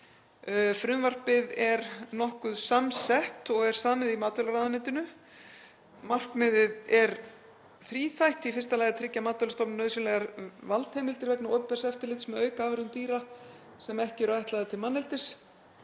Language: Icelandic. Frumvarpið er nokkuð samsett og er samið í matvælaráðuneytinu. Markmiðið er þríþætt. Í fyrsta lagi að tryggja Matvælastofnun nauðsynlegar valdheimildir vegna opinbers eftirlits með aukaafurðum dýra sem ekki eru ætlaðar til manneldis.